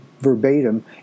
verbatim